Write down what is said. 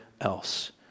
else